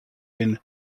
been